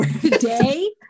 today